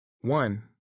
One